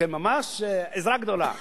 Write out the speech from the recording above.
כן, ממש עזרה גדולה.